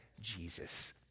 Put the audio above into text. Jesus